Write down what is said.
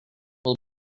will